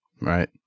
Right